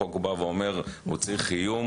החוק בא ואומר: צריך איום,